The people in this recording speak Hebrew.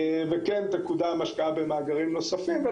וכן תקודם השקעה במאגרים נוספים.